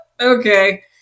okay